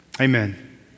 Amen